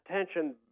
attention